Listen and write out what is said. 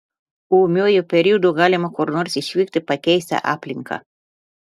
ūmiuoju periodu galima kur nors išvykti pakeisti aplinką